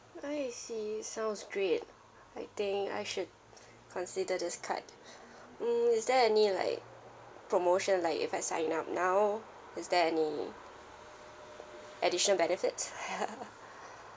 I see sounds great I think I should consider this card mm is there any like promotion like if I sign up now is there any additional benefits